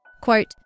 Quote